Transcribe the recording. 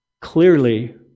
clearly